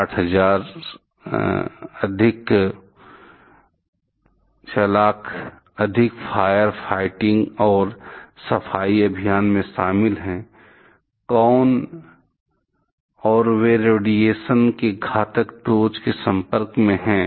600000 अधिक fire fighting और सफाई अभियान में शामिल हैं कौन और वे रेडिएशन की घातक डोज़ के संपर्क में हैं